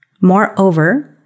Moreover